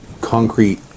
concrete